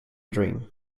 dream